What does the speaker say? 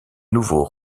nouveau